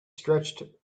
stretched